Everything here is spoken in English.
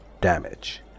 damage